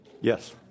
Yes